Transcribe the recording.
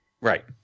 Right